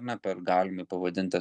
ne per galime pavadinti